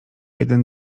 jeden